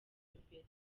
imbere